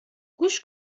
گوش